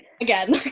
again